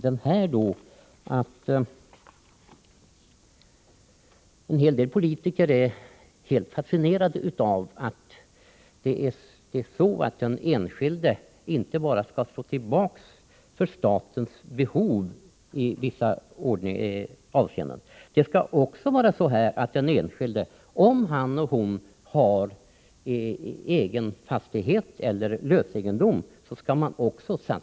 En hel del politiker är helt fascinerade av tanken att den enskilde i vissa avseenden inte bara skall stå tillbaka för statens behov utan också, om han eller hon har egen fastighet eller lösegendom, skall bidra med delar av denna.